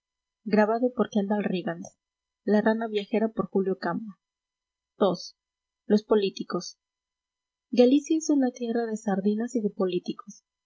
ii los políticos galicia es una tierra de sardinas y de políticos